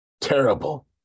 Terrible